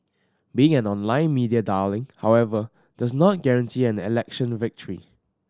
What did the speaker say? being an online media darling however does not guarantee an election victory